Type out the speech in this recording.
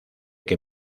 que